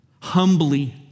humbly